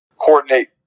coordinate